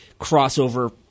crossover